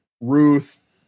Ruth